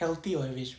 healthy ah range